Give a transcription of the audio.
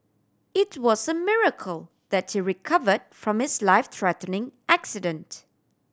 it was a miracle that he recovered from his life threatening accident